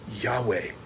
Yahweh